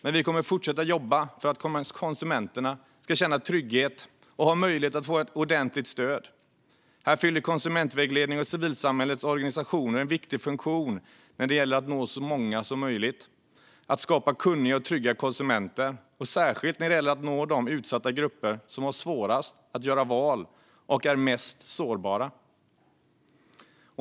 Men vi kommer att fortsätta jobba för att konsumenterna ska känna trygghet och ha möjlighet att få ett ordentligt stöd. Här fyller konsumentvägledning och civilsamhällets organisationer en viktig funktion när det gäller att nå så många som möjligt och skapa kunniga och trygga konsumenter, särskilt när det gäller att nå de utsatta grupper som har svårast att göra val och är mest sårbara.